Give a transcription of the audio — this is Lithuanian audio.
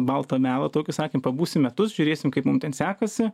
baltą melą tokį sakėm pabūsim metus žiūrėsim kaip mum ten sekasi